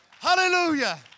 hallelujah